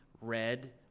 red